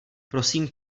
prosím